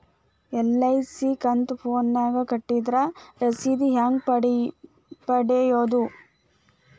LIC ಕಂತು ಫೋನದಾಗ ಕಟ್ಟಿದ್ರ ರಶೇದಿ ಹೆಂಗ್ ಪಡೆಯೋದು?